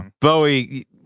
Bowie